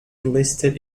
enlisted